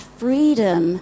freedom